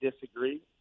disagree